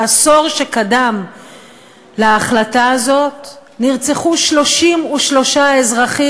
בעשור שקדם להחלטה הזאת נרצחו 33 אזרחים,